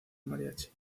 mariachi